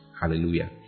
Hallelujah